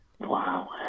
Wow